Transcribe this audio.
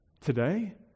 today